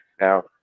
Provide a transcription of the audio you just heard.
Now